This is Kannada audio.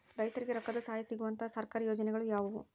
ರೈತರಿಗೆ ರೊಕ್ಕದ ಸಹಾಯ ಸಿಗುವಂತಹ ಸರ್ಕಾರಿ ಯೋಜನೆಗಳು ಯಾವುವು?